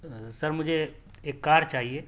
سر مجھے ایک کار چاہیے